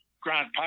Grant